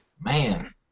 Man